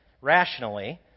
rationally